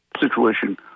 situation